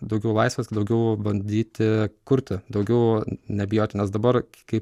daugiau laisvės daugiau bandyti kurti daugiau nebijoti nes dabar kai